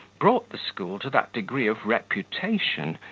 brought the school to that degree of reputation,